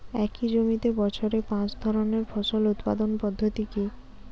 একই জমিতে বছরে পাঁচ ধরনের ফসল উৎপাদন পদ্ধতি কী?